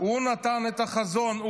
הוא נתן את החזון,